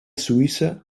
suïssa